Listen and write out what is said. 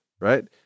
right